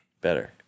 Better